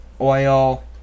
oil